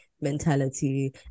mentality